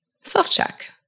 Self-check